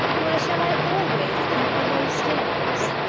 why, shall i always keep below stairs?